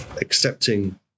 accepting